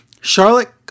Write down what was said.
Charlotte